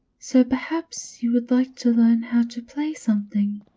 so perhaps, you would like to learn how to play something?